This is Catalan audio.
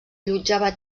allotjava